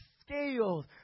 scales